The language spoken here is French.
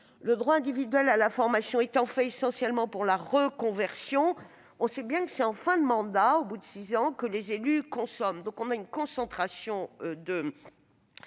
le droit individuel à la formation étant fait essentiellement pour la reconversion, on sait bien que c'est en fin de mandat, au bout de six ans, que les élus consomment les crédits, ce qui provoque une concentration de